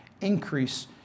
increase